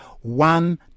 One